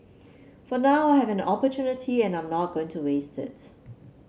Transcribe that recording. for now I have an opportunity and I'm not going to waste it